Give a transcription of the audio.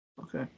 Okay